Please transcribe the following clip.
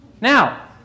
Now